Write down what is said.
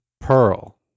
Pearl